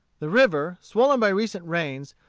the river, swollen by recent rains,